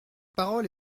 parole